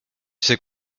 sais